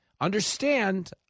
Understand